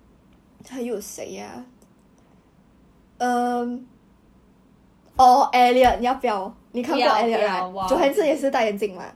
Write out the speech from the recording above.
本来不是你的位子为什么你要抢这个位子 is like got seat number then after that is like 他偏偏要坐那边